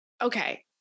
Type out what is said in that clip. Okay